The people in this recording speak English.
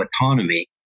autonomy